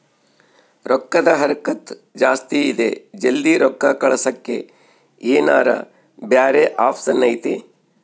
ರೊಕ್ಕದ ಹರಕತ್ತ ಜಾಸ್ತಿ ಇದೆ ಜಲ್ದಿ ರೊಕ್ಕ ಕಳಸಕ್ಕೆ ಏನಾರ ಬ್ಯಾರೆ ಆಪ್ಷನ್ ಐತಿ?